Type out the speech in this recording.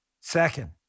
Second